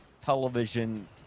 television